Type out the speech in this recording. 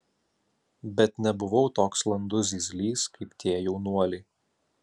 bet nebuvau toks landus zyzlys kaip tie jaunuoliai